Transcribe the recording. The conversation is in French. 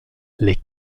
les